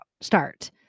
start